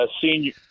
senior